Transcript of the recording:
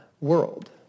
world